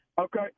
Okay